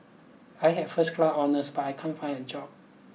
I have first class honours but I can't find a job